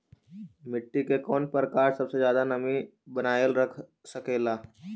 मिट्टी के कौन प्रकार सबसे जादा नमी बनाएल रख सकेला?